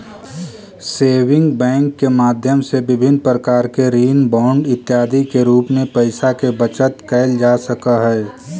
saving bank के माध्यम से विभिन्न प्रकार के ऋण बांड इत्यादि के रूप में पैइसा के बचत कैल जा सकऽ हइ